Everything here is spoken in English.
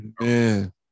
man